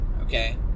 okay